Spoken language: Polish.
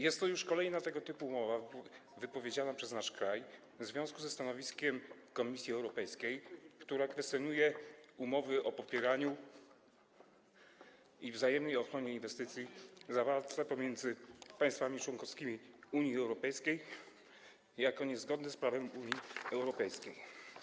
Jest to już kolejna tego typu umowa wypowiedziana przez nasz kraj w związku ze stanowiskiem Komisji Europejskiej, która kwestionuje umowy o popieraniu i wzajemnej ochronie inwestycji zawarte pomiędzy państwami członkowskimi Unii Europejskiej jako niezgodne z prawem Unii Europejskiej.